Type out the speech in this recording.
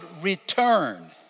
Return